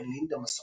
ובהן לנדא מסעוד,